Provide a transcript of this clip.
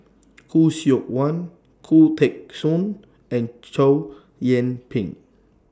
Khoo Seok Wan Khoo Teng Soon and Chow Yian Ping